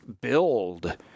build